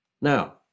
Now